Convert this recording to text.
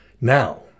Now